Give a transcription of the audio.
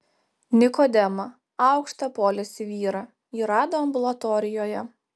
nikodemą aukštą poliesį vyrą ji rado ambulatorijoje